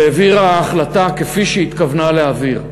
והעבירה החלטה כפי שהתכוונה להעביר,